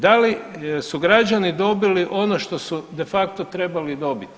Da li su građani dobili ono što su de facto trebali dobiti.